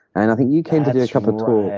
and i think you came to do a couple talks,